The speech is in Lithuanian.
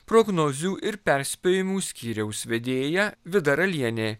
prognozių ir perspėjimų skyriaus vedėja vida ralienė